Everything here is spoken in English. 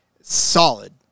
solid